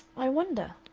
i wonder,